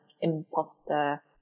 imposter